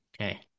Okay